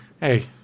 Hey